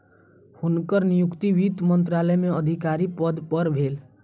हुनकर नियुक्ति वित्त मंत्रालय में अधिकारी पद पर भेल